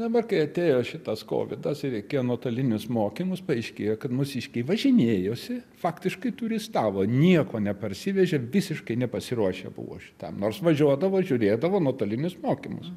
dabar kai atėjo šitas kovidas ir reikėjo nuotolinius mokymus paaiškėjo kad mūsiškiai važinėjosi faktiškai turistavo nieko neparsivežė visiškai nepasiruošę buvo šitam nors važiuodavo žiūrėdavo nuotolinius mokymus